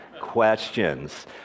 questions